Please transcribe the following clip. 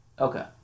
Okay